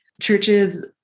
churches